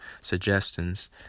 suggestions